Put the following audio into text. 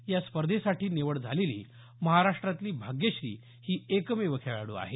या स्पर्धेसाठी निवड झालेली महाराष्ट्रातली भाग्यश्री ही एकमेव खेळाडू आहे